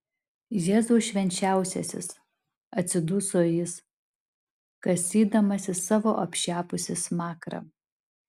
jėzau švenčiausias atsiduso jis kasydamasis savo apšepusį smakrą